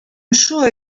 sure